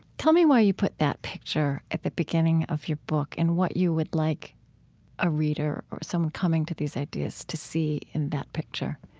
tell me why you put that picture at the beginning of your book and what you would like a reader or someone coming to these ideas to see in that picture